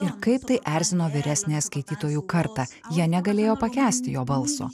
ir kaip tai erzino vyresniąją skaitytojų kartą jie negalėjo pakęsti jo balso